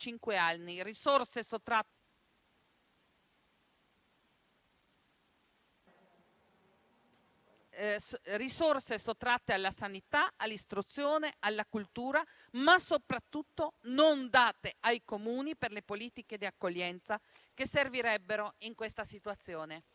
risorse sottratte alla sanità, all'istruzione, alla cultura, ma soprattutto non date ai Comuni per le politiche di accoglienza, che servirebbero in questa situazione.